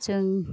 जों